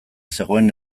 zegoen